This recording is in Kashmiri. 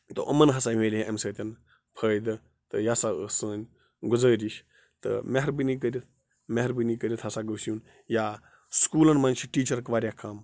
تو یِمَن ہسا میلے اَمہِ سۭتۍ فٲیدٕ تہٕ یہِ ہسا ٲس سٲنۍ گُزٲرِش تہٕ مہربٲنی کٔرِتھ مہربٲنی کٔرِتھ ہسا گوٚژھ یُن یا سکوٗلَن منٛز چھِ ٹیٖچرک واریاہ کَم